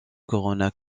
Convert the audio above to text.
corona